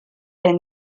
est